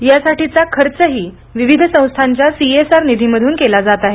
यासाठीचा खर्चही विविध संस्थांच्या सीएसआर निधीमधून केला जात आहे